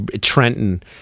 Trenton